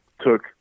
took